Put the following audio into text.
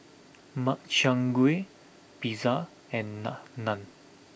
Makchang Gui Pizza and Naan